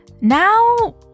now